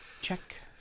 Check